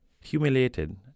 Humiliated